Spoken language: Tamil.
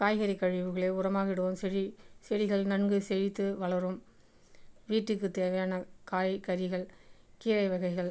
காய்கறி கழிவுகளை உரமாக இடுவோம் செடி செடிகள் நன்கு செழித்து வளரும் வீட்டுக்கு தேவையான காய்கறிகள் கீரை வகைகள்